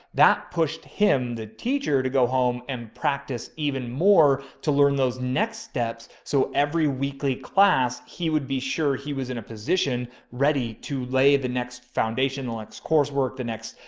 that pushed him, the teacher to go home and practice even more to learn those next steps. so every weekly class, he would be sure he was in a position ready to lay the next foundation, the next coursework, the next,